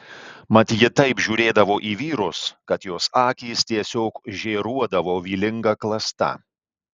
mat ji taip žiūrėdavo į vyrus kad jos akys tiesiog žėruodavo vylinga klasta